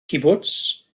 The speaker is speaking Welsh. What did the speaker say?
cibwts